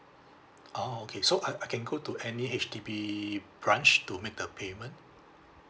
oh okay so I I can go to any H_D_B branch to make the payment